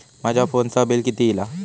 माझ्या फोनचा बिल किती इला?